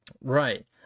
Right